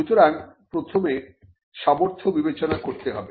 সুতরাং প্রথমে সামর্থ্য বিবেচনা করতে হবে